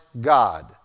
God